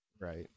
Right